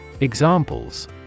Examples